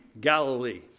Galilee